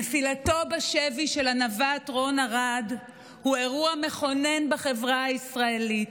נפילתו בשבי של הנווט רון ארד הייתה אירוע מכונן בחברה הישראלית.